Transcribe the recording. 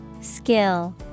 Skill